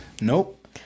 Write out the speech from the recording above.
Nope